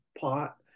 pot